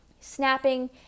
snapping